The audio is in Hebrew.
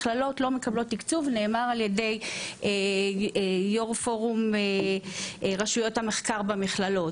מכללות לא מקבלות תקצוב זה נאמר ע"י יו"ר פורום רשויות המחקר במכללות